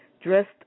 dressed